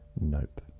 Nope